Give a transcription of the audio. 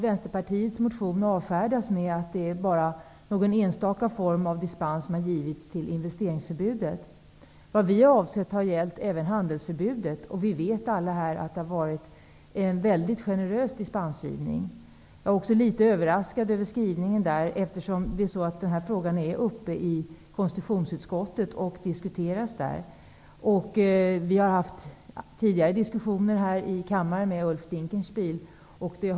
Vänsterpartiets motion avfärdas med att det bara är någon enstaka dispens som har givits från investeringsförbudet. Vi avsåg även handelsförbudet. Vi vet alla här att det har skett en mycket generös dispensgivning där. Jag är också litet överraskad över skrivningen, eftersom frågan diskuteras i konstitutionsutskottet. Vi har tidigare haft diskussioner här i kammaren med Ulf Dinkelspiel om detta.